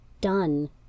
done